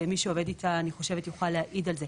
ומי שעובד איתה יוכל להעיד על זה.